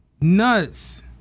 Nuts